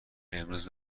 امروز